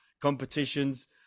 competitions